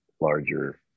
larger